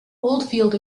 oldfield